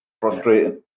Frustrating